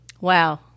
Wow